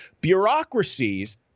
Bureaucracies